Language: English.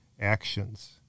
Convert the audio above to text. actions